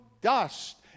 dust